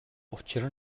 учир